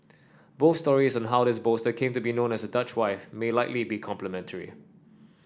both stories on how this bolster came to be known as Dutch wife may likely be complementary